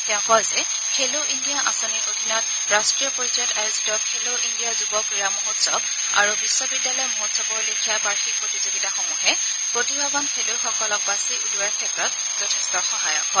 তেওঁ কয় যে খেলো ইণ্ডিয়া আঁচনিৰ অধীনত ৰাট্টীয় পৰ্যায়ত আয়োজিত খেলো ইণ্ডিয়া যুৱ ক্ৰীড়া মহোৎসৱ আৰু বিশ্ববিদ্যালয় মহোৎসৱৰ লেখীয়া বাৰ্ষিক প্ৰতিযোগিতাসমূহে প্ৰতিভাৱান খেলুৱৈসকলক বাচি উলিওৱাৰ ক্ষেত্ৰত যথেষ্ট সহায়ক হয়